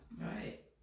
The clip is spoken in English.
Right